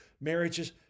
marriages